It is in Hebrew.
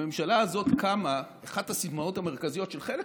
הממשלה הזאת קמה כאשר אחת הסיסמאות המרכזיות של חלק